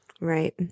Right